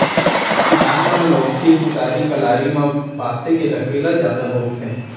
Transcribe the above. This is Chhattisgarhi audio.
किसान मन लउठी, तुतारी, कलारी म बांसे के लकड़ी ल जादा बउरथे